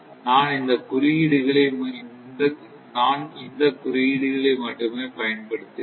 நான் இந்த குறியீடுகளை மட்டுமே பயன்படுத்துவேன்